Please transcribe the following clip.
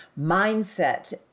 mindset